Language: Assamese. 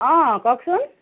অ কওকচোন